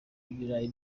ibirayi